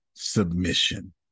submission